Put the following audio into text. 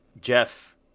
Jeff